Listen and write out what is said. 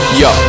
yo